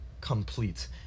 complete